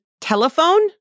telephone